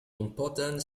important